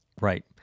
Right